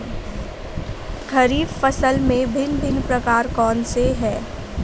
खरीब फसल के भिन भिन प्रकार कौन से हैं?